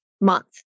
month